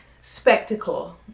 spectacle